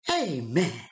Amen